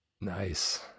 Nice